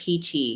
PT